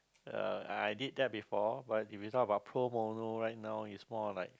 uh I did that before but if you talk about pro bono right now it's more of like